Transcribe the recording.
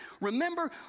Remember